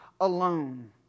alone